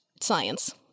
science